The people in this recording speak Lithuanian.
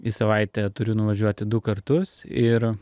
į savaitę turiu nuvažiuoti du kartus ir